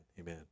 amen